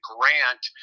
Grant